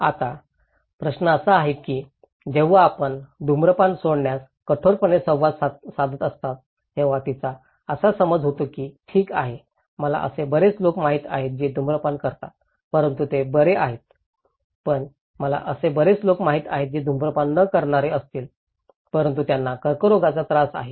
आता प्रश्न असा आहे की जेव्हा आपण धूम्रपान सोडण्यास कठोरपणे संवाद साधत असता तेव्हा तिचा असा समज होता की ठीक आहे मला असे बरेच लोक माहित आहेत जे धूम्रपान करतात परंतु ते बरे आहेत पण मला असे बरेच लोक माहित आहेत जे धूम्रपान न करणारे असतील परंतु त्यांना कर्करोगाचा त्रास आहे